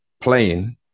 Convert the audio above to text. playing